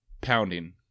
pounding